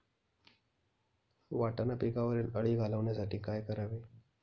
वाटाणा पिकावरील अळी घालवण्यासाठी काय करावे?